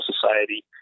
Society